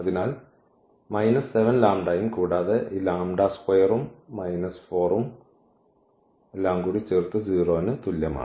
അതിനാൽ മൈനസ് 7 ലാംഡയും കൂടാതെ ഈ ലാംഡ സ്ക്വയറും മൈനസ് 4 ഉം 0 ന് തുല്യമാണ്